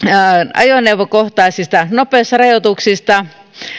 ajoneuvokohtaisista nopeusrajoituksista